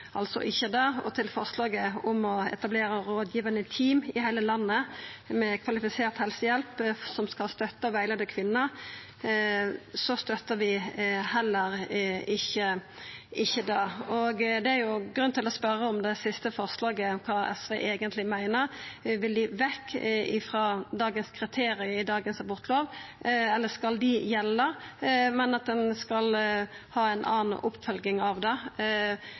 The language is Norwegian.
det gjeld forslaget om å etablera rådgivande team i heile landet, med kvalifisert helsehjelp som skal støtta og rettleia kvinner, støttar vi heller ikkje det. Til det siste forslaget er det grunn til å spørja om kva SV eigentleg meiner. Vil dei vekk frå kriteria i dagens abortlov, eller skal dei gjelda, men med ei anna oppfølging, med rådgivande team? Det